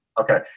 Okay